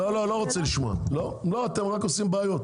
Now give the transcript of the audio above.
לא, אני לא רוצה לשמוע, אתם רק עושים בעיות.